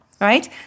right